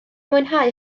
mwynhau